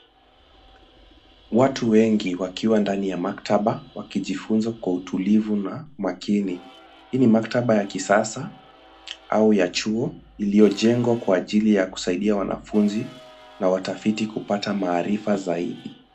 Watu wengi wakiwa ndani ya maktaba wakijifunza kwa utulivu na makini. Hii ni maktaba ya kisasa au ya chuo iliyojengwa kwa ajili ya kusaidia wanafunzi na watahidi kupata maarifa zaidi.